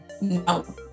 no